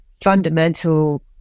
fundamental